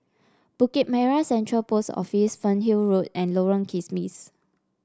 Bukit Merah Central Post Office Fernhill Road and Lorong Kismis